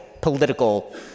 political